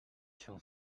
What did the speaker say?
się